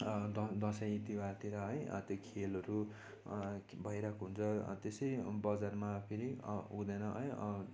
the Dashain तिहारतिर है त्यो खेलहरू भइरहेको हुन्छ त्यसै बजारमा फेरि हुँदैन है